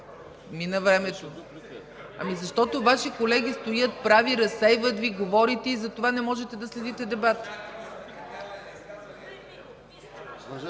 (Реплики.) Защото Ваши колеги стоят прави, разсейват Ви, говорите и затова не можете да следите дебата.